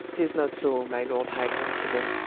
tis not so, my lord high constable.